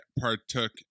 partook